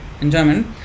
enjoyment